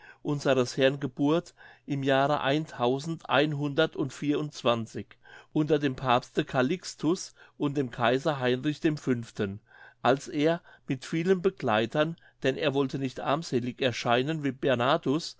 unseres herrn geburt im jahre eintausend einhundert vier und zwanzig unter dem papste calixtus und dem kaiser heinrich dem fünften als er mit vielen begleitern denn er wollte nicht armselig erscheinen wie bernhardus